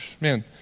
man